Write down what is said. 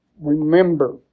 Remember